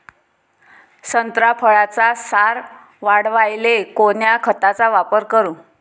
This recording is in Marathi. संत्रा फळाचा सार वाढवायले कोन्या खताचा वापर करू?